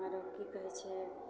आरो की कहय छै